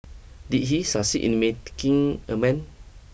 did he succeed in made king amends